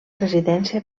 residència